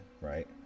right